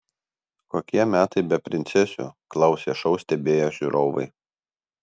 kokie metai be princesių klausė šou stebėję žiūrovai